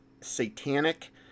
Satanic